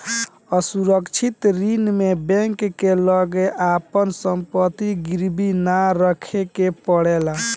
असुरक्षित ऋण में बैंक के लगे आपन संपत्ति गिरवी ना रखे के पड़ेला